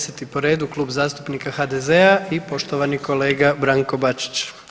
10. po redu, Kluba zastupnika HDZ-a i poštovani kolega Branko Bačić.